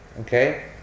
okay